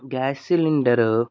gas cylinder